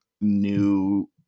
new